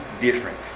different